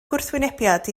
gwrthwynebiad